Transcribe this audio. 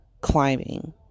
climbing